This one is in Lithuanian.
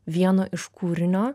vieno iš kūrinio